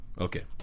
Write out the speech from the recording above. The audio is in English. Okay